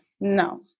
No